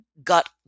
got